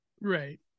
Right